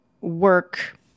work